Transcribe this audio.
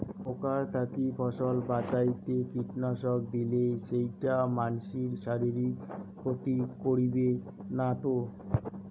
পোকার থাকি ফসল বাঁচাইতে কীটনাশক দিলে সেইটা মানসির শারীরিক ক্ষতি করিবে না তো?